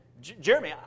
Jeremy